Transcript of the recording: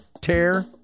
Tear